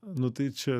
nu tai čia